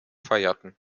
feierten